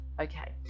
Okay